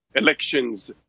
elections